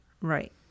right